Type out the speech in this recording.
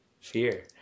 Fear